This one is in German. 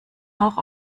auch